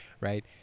right